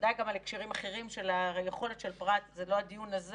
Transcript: בוודאי גם על הקשרים אחרים של היכולת של הפרט זה לא הדיון הזה,